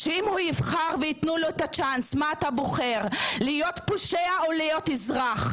אם ייתנו לו הזדמנות לבחור להיות פושע או להיות אזרח,